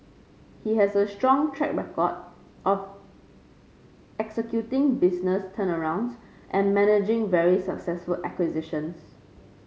he has a strong track record of executing business turnarounds and managing very successful acquisitions